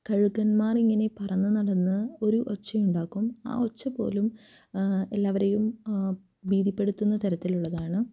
കഴുകന്മാരിങ്ങനെ പറന്നു നടന്ന് ഒരു ഒച്ച ഉണ്ടാക്കും ആ ഒച്ച പോലും എല്ലാവരേയും ഭീതിപ്പെടുത്തുന്ന തരത്തിലുള്ളതാണ്